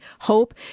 hope